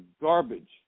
garbage